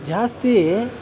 ಜಾಸ್ತಿ